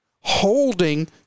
Holding